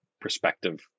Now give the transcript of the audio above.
perspective